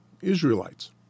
Israelites